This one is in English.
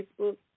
Facebook